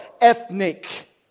ethnic